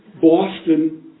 Boston